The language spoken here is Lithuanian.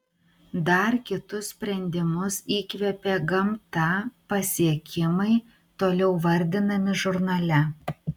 dar kitus sprendimus įkvėpė gamta pasiekimai toliau vardinami žurnale